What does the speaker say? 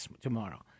tomorrow